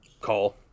Call